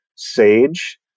sage